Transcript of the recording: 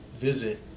visit